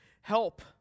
help